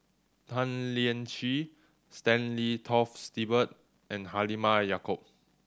Tan Lian Chye Stanley Toft Stewart and Halimah Yacob